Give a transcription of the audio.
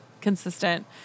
consistent